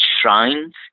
shrines